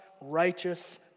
righteous